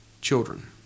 children